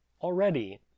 already